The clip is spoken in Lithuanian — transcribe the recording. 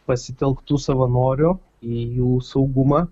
pasitelktų savanorių į jų saugumą